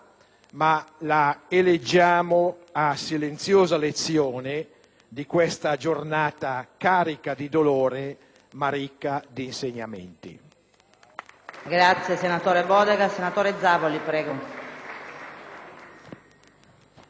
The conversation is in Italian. ma la eleggiamo a silenziosa lezione di questa giornata carica di dolore, ma ricca di insegnamenti.